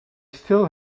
still